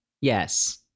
Yes